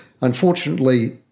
unfortunately